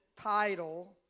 title